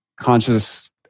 conscious